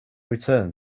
return